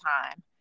time